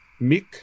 Mick